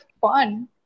fun